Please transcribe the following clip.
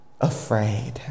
afraid